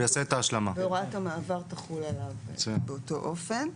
והוראת המעבר תחול עליו באותו אופן.